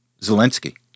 Zelensky